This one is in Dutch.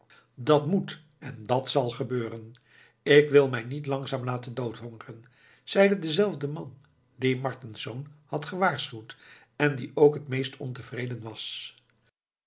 dat moet en dat zal gebeuren ik wil mij niet langzaam laten doodhongeren zeide dezelfde man die martensz had gewaarschuwd en die ook het meest ontevreden was